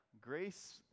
grace